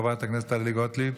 חברת הכנסת טלי גוטליב,